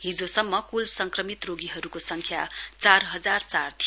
हिजोसम्म कुल संक्रमित रोगीहरूको संख्या चार हजार चार थियो